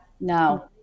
No